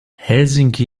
helsinki